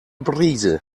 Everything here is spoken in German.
brise